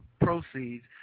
proceeds